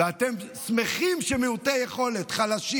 אתם שמחים שמעוטי יכולת חלשים,